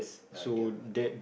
no idea okay